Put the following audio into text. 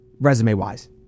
resume-wise